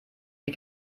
die